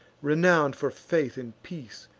renown'd for faith in peace,